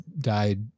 died